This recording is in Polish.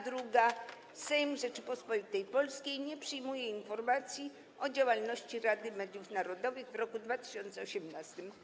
Druga poprawka brzmi: Sejm Rzeczypospolitej Polskiej nie przyjmuje informacji o działalności Rady Mediów Narodowych w roku 2018.